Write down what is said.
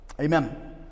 Amen